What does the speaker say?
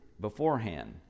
beforehand